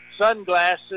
sunglasses